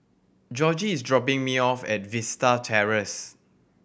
Georgie is dropping me off at Vista Terrace